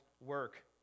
work